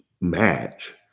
match